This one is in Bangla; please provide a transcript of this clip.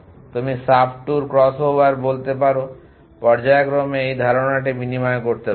তুমি সাবট্যুর ক্রসওভার বলতে পারো পর্যায়ক্রমে এই ধারণাটি বিনিময় করতে পারো